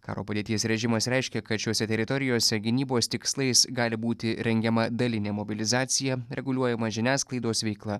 karo padėties režimas reiškia kad šiose teritorijose gynybos tikslais gali būti rengiama dalinė mobilizacija reguliuojama žiniasklaidos veikla